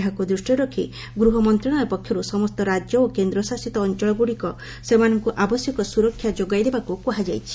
ଏହାକୁ ଦୂଷ୍ଟିରେ ରଖି ଗୃହ ମନ୍ତ୍ରଣାଳୟ ପକ୍ଷରୁ ସମସ୍ତ ରାଜ୍ୟ ଓ କେନ୍ଦ୍ର ଶାସିତ ଅଞ୍ଚଳଗୁଡ଼ିକ ସେମାନଙ୍କୁ ଆବଶ୍ୟକ ସୁରକ୍ଷା ଯୋଗାଇବାକୁ କୁହାଯାଇଛି